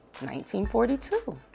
1942